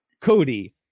Cody